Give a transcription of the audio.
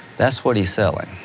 that's what he's selling.